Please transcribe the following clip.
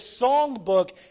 songbook